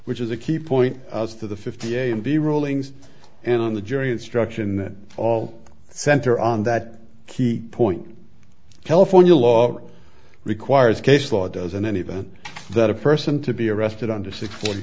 which is a key point to the fifty a and b rulings and on the jury instruction that all center on that key point california law requires case law doesn't anything that a person to be arrested under six forty